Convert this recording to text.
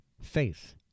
faith